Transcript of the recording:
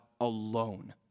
alone